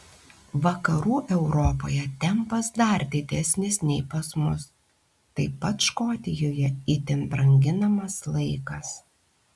vakarų europoje tempas dar didesnis nei pas mus taip pat škotijoje itin branginamas laikas